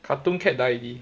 cartoon cat die already